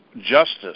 justice